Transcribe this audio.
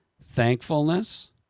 thankfulness